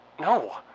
No